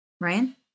Ryan